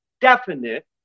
definite